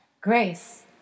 grace